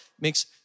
makes